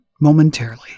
momentarily